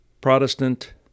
Protestant